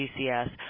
GCS